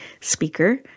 Speaker